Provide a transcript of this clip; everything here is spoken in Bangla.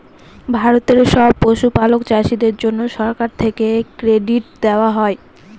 ভারতের সব পশুপালক চাষীদের জন্যে সরকার থেকে ক্রেডিট দেওয়া হয়